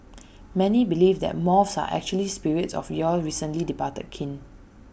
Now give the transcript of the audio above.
many believe that moths are actually spirits of your recently departed kin